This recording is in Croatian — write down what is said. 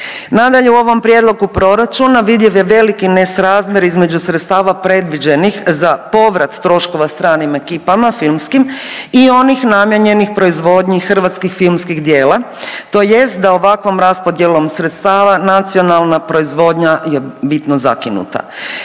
Nadalje u ovom prijedlogu proračuna vidljiv je veliki nesrazmjer između sredstava predviđenih za povrat troškova stranim ekipama filmskim i onih namijenjenih proizvodnji hrvatskih filmskih djela, tj. da ovakvom raspodjelom sredstava nacionalna proizvodnja je bitno zakinuta.